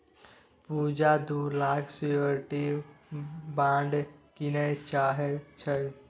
पुजा दु लाखक security bond कीनय चाहै छै